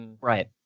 right